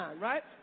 right